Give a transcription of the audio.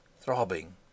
throbbing